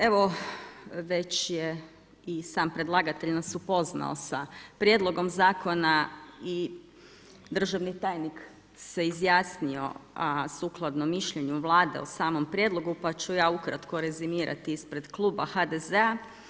Evo već je i sam predlagatelj nas upoznao sa prijedlogom zakona i državni tajnik se izjasnio a sukladno mišljenju Vlade o samom prijedlogu, pa ću ja ukratko rezimirati ispred kluba HDZ-a.